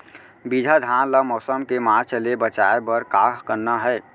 बिजहा धान ला मौसम के मार्च ले बचाए बर का करना है?